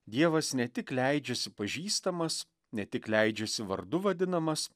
dievas ne tik leidžiasi pažįstamas ne tik leidžiasi vardu vadinamas